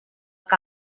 que